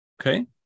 Okay